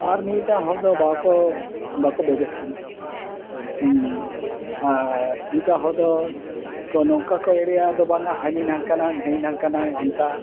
ᱟᱨ ᱢᱤᱢᱤᱫᱴᱟᱝ ᱦᱚᱲ ᱫᱚ ᱵᱟᱠᱚ ᱵᱟᱠᱚ ᱵᱮᱵᱮᱥ ᱠᱟᱱᱟ ᱟᱨ ᱢᱤᱫᱴᱟᱝ ᱦᱚᱲ ᱫᱚ ᱱᱚᱝᱠᱟ ᱠᱚ ᱮᱲᱮᱭᱟ ᱫᱚ ᱵᱟᱝᱟ ᱦᱟᱹᱱᱤ ᱱᱟᱝᱠᱟᱱᱟᱭ ᱱᱟᱹᱭ ᱱᱟᱝᱠᱟᱱᱟᱭ ᱚᱱᱠᱟ